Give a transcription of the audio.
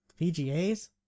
VGA's